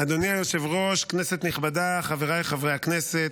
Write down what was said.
אדוני היושב-ראש, כנסת נכבדה, חבריי חברי הכנסת,